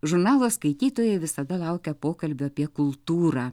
žurnalo skaitytojai visada laukia pokalbio apie kultūrą